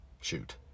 shoot